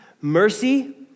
mercy